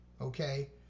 Okay